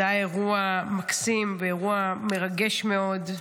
זה היה אירוע מקסים ואירוע מרגש מאוד.